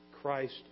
Christ